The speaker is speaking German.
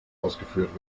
ausgeführt